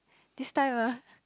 this time ah